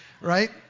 Right